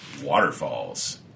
waterfalls